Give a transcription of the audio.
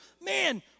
Man